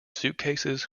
suitcases